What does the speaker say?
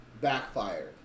backfired